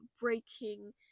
breaking